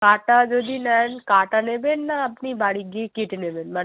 কাটা যদি নেন কাটা নেবেন না আপনি বাড়ি গিয়ে কেটে নেবেন মানে